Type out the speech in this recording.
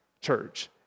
church